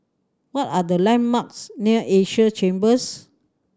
what are the landmarks near Asia Chambers